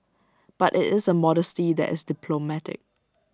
but IT is A modesty that is diplomatic